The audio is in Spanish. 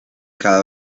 cada